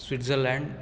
Switzerland